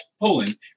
Poland